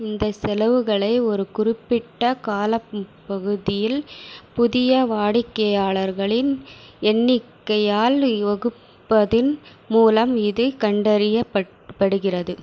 இந்த செலவுகளை ஒரு குறிப்பிட்ட காலப்பகுதியில் புதிய வாடிக்கையாளர்களின் எண்ணிக்கையால் வகுப்பதன் மூலம் இது கண்டறியப்படுகிறது